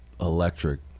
electric